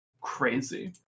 crazy